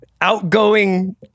outgoing